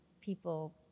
people